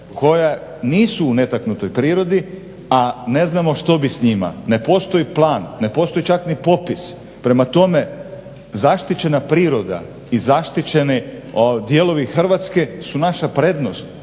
koja nisu u netaknutoj prirodi, a ne znamo što bi s njima, ne postoji plan, ne postoji čak ni popis. Prema tome, zaštićena priroda i zaštićeni dijelovi Hrvatske su naša prednost,